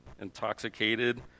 Intoxicated